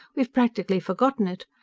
we've practically forgotten it.